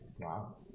Wow